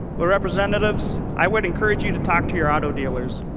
well representative i would encourage you to talk to your auto dealers.